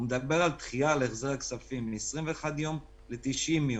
הוא מדבר על דחייה להחזר הכספים מ-21 יום ל-90 יום.